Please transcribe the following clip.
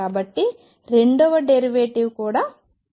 కాబట్టి రెండవ డెరివేటివ్ కూడా తీసుకోవచ్చు